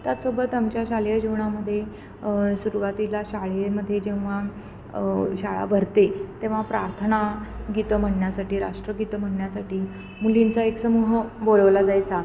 त्याचसोबत आमच्या शालेय जीवनामध्ये सुरुवातीला शाळेमध्ये जेव्हा शाळा भरते तेव्हा प्रार्थना गीतं म्हणण्यासाठी राष्ट्रगीत म्हणण्यासाठी मुलींचा एक समूह बोलवला जायचा